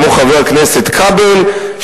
כמו חבר הכנסת כבל,